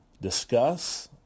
discuss